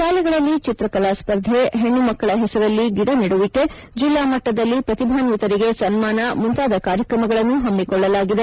ಶಾಲೆಗಳಲ್ಲಿ ಚಿತ್ರಕಲಾ ಸ್ವರ್ಧೆ ಹೆಣ್ಣುಮಕ್ಕಳ ಹೆಸರಲ್ಲಿ ಗಿಡ ನೆಡುವಿಕೆ ಜಿಲ್ಲಾಮಟ್ಟದಲ್ಲಿ ಪ್ರತಿಭಾನ್ವಿತರಿಗೆ ಸನ್ಮಾನ ಮುಂತಾದ ಕಾರ್ಯಕ್ರಮಗಳನ್ನು ಹಮ್ಮಿಕೊಳ್ಳಲಾಗಿದೆ